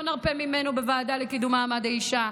לא נרפה ממנו בוועדה לקידום מעמד האישה.